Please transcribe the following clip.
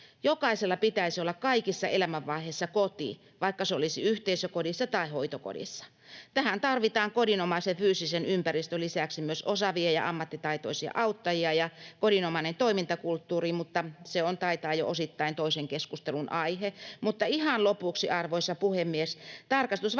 Jokaisella pitäisi olla kaikissa elämänvaiheissa koti, vaikka se olisi yhteisökodissa tai hoitokodissa. Tähän tarvitaan kodinomaisen fyysisen ympäristön lisäksi osaavia ja ammattitaitoisia auttajia ja kodinomainen toimintakulttuuri — mutta se taitaa jo osittain olla toisen keskustelun aihe. Ihan lopuksi, arvoisa puhemies: Tarkastusvaliokunta